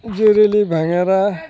जुरेली भँगेरा